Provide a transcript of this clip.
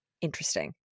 Interesting